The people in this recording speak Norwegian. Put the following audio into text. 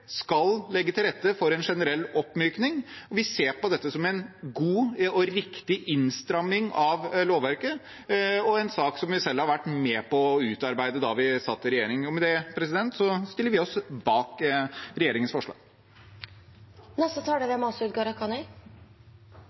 skal legge til rette for en generell oppmykning. Vi ser på dette som en god og riktig innstramming av lovverket, og det er en sak som vi selv har vært med på å utarbeide, da vi satt i regjering. Med det stiller vi oss bak regjeringens